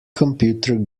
computer